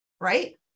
Right